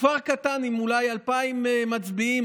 כפר קטן עם אולי 2,000 מצביעים,